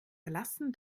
verlassen